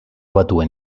batuen